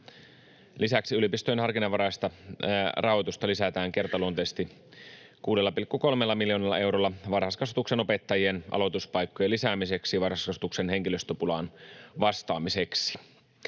Lisäksi yliopistojen harkinnanvaraista rahoitusta lisätään kertaluonteisesti 6,3 miljoonalla eurolla varhaiskasvatuksen opettajien aloituspaikkojen lisäämiseksi varhaiskasvatuksen henkilöstöpulaan vastaamiseksi.